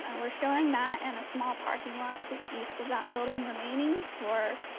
but we're showing that and a small parking lot to the east of that building remaining for